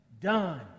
done